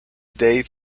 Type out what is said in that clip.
dave